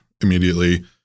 immediately